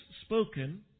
spoken